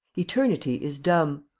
eternity is dumb,